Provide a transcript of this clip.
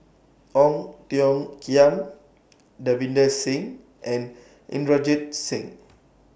Ong Tiong Khiam Davinder Singh and Inderjit Singh